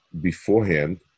beforehand